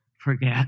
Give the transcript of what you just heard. forget